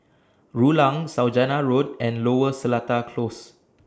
Rulang Saujana Road and Lower Seletar Close